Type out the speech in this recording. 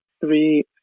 three